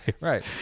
Right